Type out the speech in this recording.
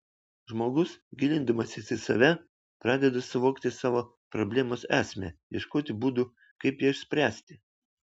žmogus gilindamasis į save pradeda suvokti savo problemos esmę ieškoti būdų kaip ją išspręsti